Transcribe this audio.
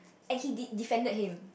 and he he defended him